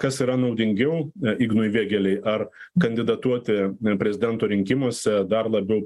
kas yra naudingiau ignui vėgėlei ar kandidatuoti prezidento rinkimuose dar labiau